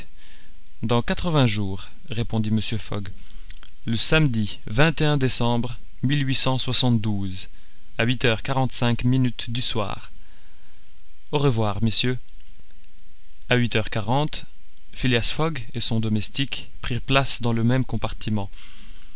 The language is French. dans quatre-vingts jours répondit mr fogg le samedi décembre à huit heures quarante-cinq minutes du soir au revoir messieurs a huit heures quarante phileas fogg et son domestique prirent place dans le même compartiment